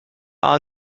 are